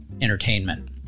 entertainment